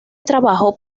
trabajo